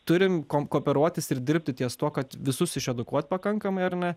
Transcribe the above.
turim kom kooperuotis ir dirbti ties tuo kad visus išedukuot pakankamai ar ne